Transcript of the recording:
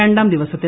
രണ്ടാം ദിവസത്തിൽ